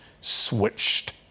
switched